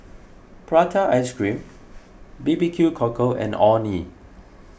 Prata Ice Cream B B Q Cockle and Orh Nee